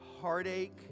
heartache